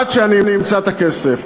עד שאני אמצא את הכסף.